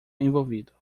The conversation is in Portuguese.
envolvido